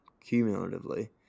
cumulatively –